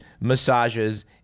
massages